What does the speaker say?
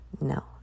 No